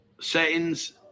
settings